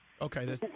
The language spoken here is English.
Okay